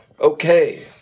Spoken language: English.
Okay